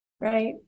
right